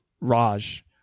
Raj